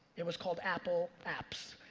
it was called apple apps.